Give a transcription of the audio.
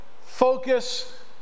focus